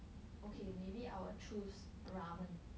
okay maybe I will choose ramen